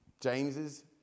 James's